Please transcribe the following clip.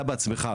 אתה בעצמך,